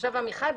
עמיחי,